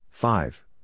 Five